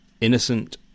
innocent